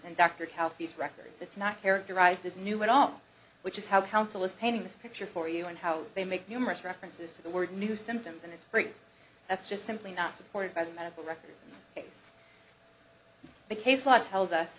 cowpies records it's not characterized as new at all which is how counsel is painting this picture for you and how they make numerous references to the word new symptoms and it's great that's just simply not supported by the medical records case the case law tells us